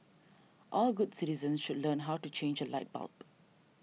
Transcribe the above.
all good citizens should learn how to change a light bulb